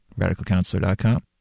radicalcounselor.com